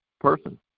person